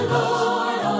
Lord